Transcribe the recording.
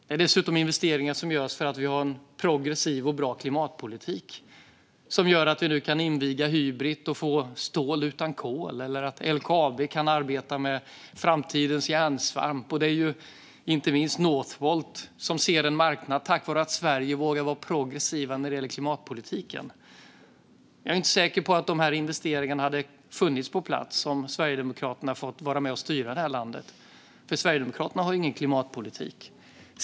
Det är dessutom investeringar som görs för att vi har en progressiv och bra klimatpolitik. Den gör att vi nu kan inviga Hybrit och få stål utan kol eller att LKAB kan arbeta med framtidens järnsvamp. Det handlar inte minst också om Northvolt, som ser en marknad tack vare att Sverige vågar vara progressivt i klimatpolitiken. Jag är inte säker på att dessa investeringar hade funnits på plats om Sverigedemokraterna hade fått vara med och styra landet, för de har ju ingen klimatpolitik.